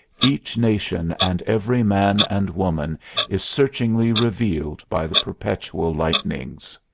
each nation and every man and woman is searchingly revealed by the perpetual lightnings.